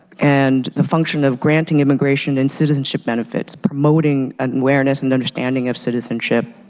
and the function of granting immigration and citizenship benefits, promoting and awareness and understanding of citizenship.